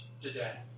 today